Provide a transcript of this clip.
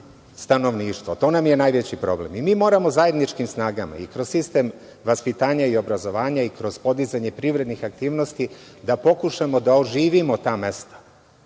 stanovništvo i to nam je najveći problem. Mi moramo zajedničkim snagama kroz sistem vaspitanja i obrazovanja, kroz podizanje privrednih aktivnosti, da pokušamo da oživimo ta mesta,